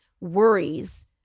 worries